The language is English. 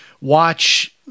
watch